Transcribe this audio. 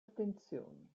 attenzioni